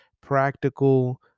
practical